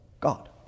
God